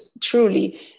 truly